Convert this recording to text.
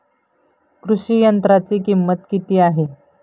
कृषी यंत्राची किंमत किती आहे?